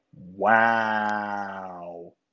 Wow